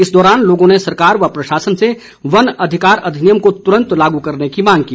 इस दौरान लोगों ने सरकार व प्रशासन से वन अधिकार अधिनियम को तुरंत लागू करने की मांग की